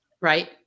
Right